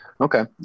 Okay